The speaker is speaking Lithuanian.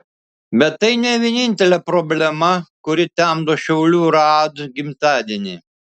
bet tai ne vienintelė problema kuri temdo šiaulių raad gimtadienį